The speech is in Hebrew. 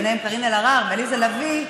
ביניהן קארין אלהרר ועליזה לביא,